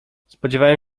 spodziewałem